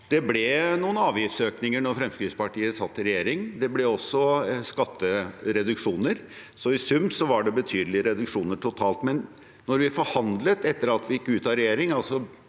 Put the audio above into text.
det ble noen avgiftsøkninger da Fremskrittspartiet satt i regjering. Det ble også skattereduksjoner, så i sum var det betydelige reduksjoner totalt. Men da vi forhandlet etter at vi gikk ut av regjering,